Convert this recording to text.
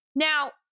Now